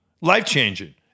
life-changing